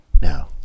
No